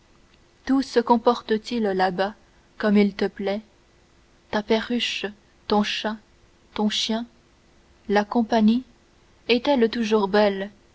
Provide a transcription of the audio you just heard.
tout se comporte-t-il là-bas comme il te plaît ta perruche ton chat ton chien la compagnie est-elle toujours belle